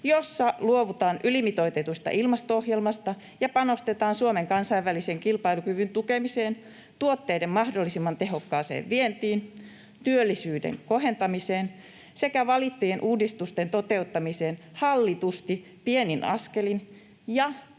jossa luovutaan ylimitoitetusta ilmasto-ohjelmasta ja panostetaan Suomen kansainvälisen kilpailukyvyn tukemiseen, tuotteiden mahdollisimman tehokkaaseen vientiin, työllisyyden kohentamiseen sekä valittujen uudistusten toteuttamiseen hallitusti pienin askelin ja tuetaan